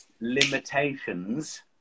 limitations